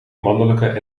mannelijke